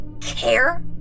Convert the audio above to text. Care